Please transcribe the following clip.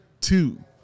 two